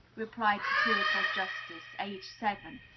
replied satirical justice, aged seven.